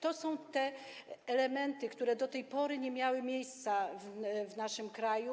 To są te elementy, które do tej pory nie miały miejsca w naszym kraju.